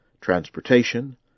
transportation